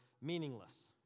meaningless